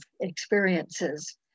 experiences